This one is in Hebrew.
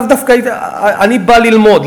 אני בא ללמוד.